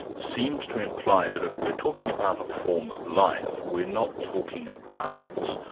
seems to imply that if we're talking about a form of life, we're not talking about